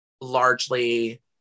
largely